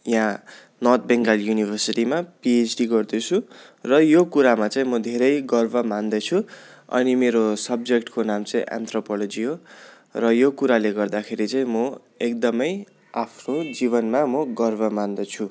यहाँ नर्थ बेङ्गाल युनिभर्सिटीमा पिएचडी गर्दैछु र यो कुरामा चाहिँ म धेरै गर्व मान्दछु अनि मेरो सब्जेक्टको नाम चाहिँ एन्थ्रोपोलोजी हो र यो कुराले गर्दाखेरि चाहिँ म एकदमै आफ्नो जीवनमा म गर्व मान्दछु